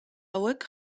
hauek